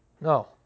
No